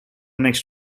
next